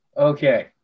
Okay